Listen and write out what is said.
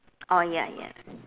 oh ya ya